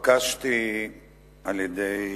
התבקשתי על-ידי